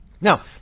Now